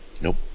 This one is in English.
Nope